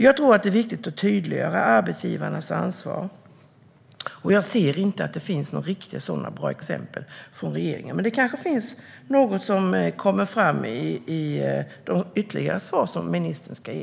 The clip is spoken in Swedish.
Jag tror att det är viktigt att tydliggöra arbetsgivarnas ansvar, och jag ser inte att regeringen har några riktigt bra exempel. Men det kanske finns något som kommer fram i de ytterligare svar som ministern ska ge.